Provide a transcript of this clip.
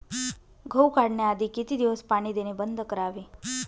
गहू काढण्याआधी किती दिवस पाणी देणे बंद करावे?